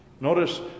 Notice